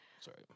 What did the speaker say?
Sorry